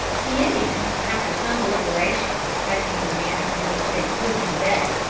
the indians, after some deliberation respecting the manner in which they would put him to death,